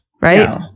right